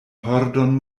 pordon